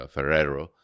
Ferrero